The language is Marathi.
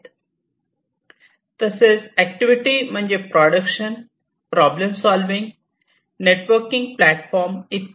तसेच ऍक्टिव्हिटी म्हणजे production problem solving networking platform इत्यादी